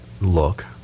look